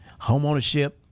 homeownership